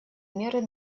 меры